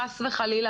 חס וחלילה,